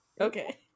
okay